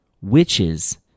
witches